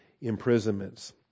imprisonments